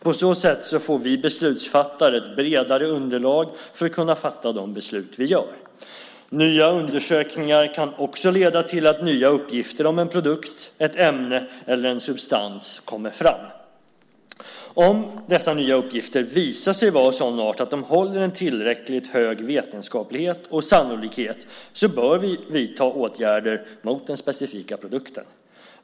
På så sätt får vi beslutsfattare ett bredare underlag för att kunna fatta de beslut vi gör. Nya undersökningar kan även leda till att nya uppgifter om en produkt, ett ämne eller en substans kommer fram. Om dessa nya uppgifter visar sig vara av sådan art att de håller en tillräckligt hög vetenskaplighet och sannolikhet bör vi vidta åtgärder mot den specifika produkten.